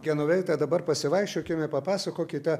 genoveita dabar pasivaikščiokime papasakokite